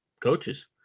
coaches